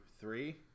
three